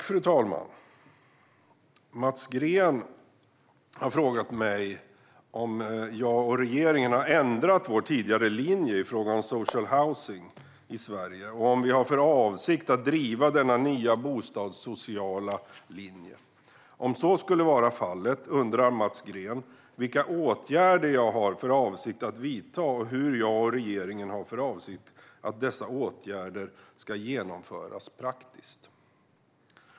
Fru talman! Mats Green har frågat mig om jag och regeringen har ändrat vår tidigare linje i frågan om social housing i Sverige och om vi har för avsikt att driva denna nya bostadssociala linje. Om så skulle vara fallet undrar Mats Green vilka åtgärder jag har för avsikt att vidta och hur jag och regeringen har för avsikt att se till att dessa genomförs praktiskt.